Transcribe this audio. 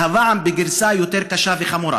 והפעם בגרסה יותר קשה וחמורה.